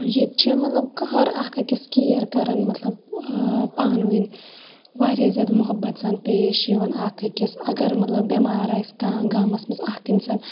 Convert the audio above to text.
ییٚتہِ چھِ مَطلَب قٔہَر اکھ أکِس کیَر کَران مَطلَب پانہٕ ؤنۍ واریاہ زیادٕ مُحَبَت سان پیش یِوان اکھ أکِس اَگَر مَطلَب بیٚمار آسہِ کانٛہہ گامَس مَنٛز اکھ اِنسان